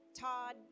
Todd